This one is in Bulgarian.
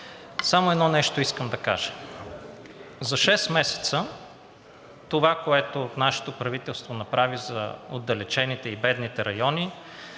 Само едно нещо искам да кажа. За шест месеца това, което нашето правителство направи за отдалечените и бедните райони,